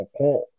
Okay